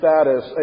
status